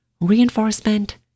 reinforcement